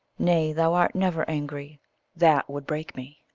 nay, thou art never angry that would break me!